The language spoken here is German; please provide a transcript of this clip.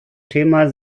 thema